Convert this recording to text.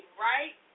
right